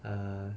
err